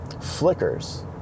flickers